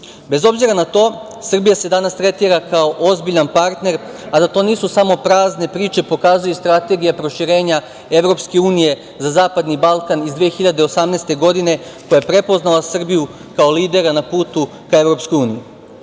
EU.Bez obzira na to, Srbija se danas tretira kao ozbiljan partner, a da to nisu samo prazne priče pokazuje i Strategija proširenja EU za Zapadni Balkan iz 2018. godine, gde je prepoznala Srbiju kao lidera na putu ka EU.Moram